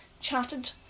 chatted